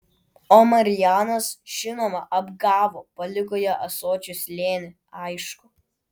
o marijanas žinoma apgavo paliko ją ąsočių slėny aišku